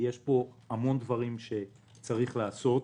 יש פה המון דברים שצריך לעשות